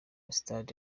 stade